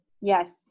yes